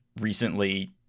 recently